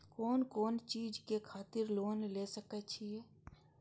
कोन कोन चीज के खातिर लोन ले सके छिए?